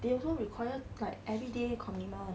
they also require like everyday commitment